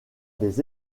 des